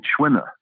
Schwimmer